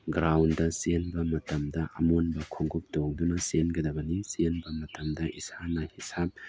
ground ꯆꯦꯟꯕ ꯃꯇꯝꯗ ꯑꯃꯣꯟꯕ ꯈꯣꯡꯎꯞ ꯇꯣꯡꯗꯨꯅ ꯆꯦꯟꯒꯗꯕꯅꯤ ꯆꯦꯟꯕ ꯃꯇꯝꯗ ꯏꯁꯥꯅ ꯏꯁꯥ